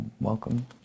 welcome